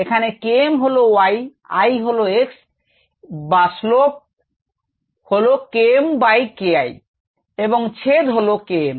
এখানে Km হলো y I হলো x এবং বা স্লোপ হলো KmKI এবং ছেদ হল Km